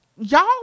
Y'all